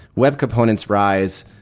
web components rise,